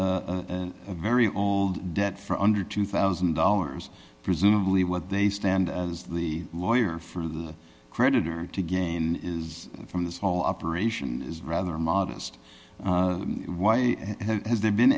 a very old debt for under two thousand dollars presumably what they stand as the lawyer for the creditor to gain is from this whole operation is rather modest why has there been